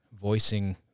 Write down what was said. voicing